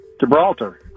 Gibraltar